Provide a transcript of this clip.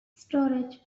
storage